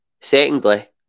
Secondly